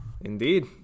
Indeed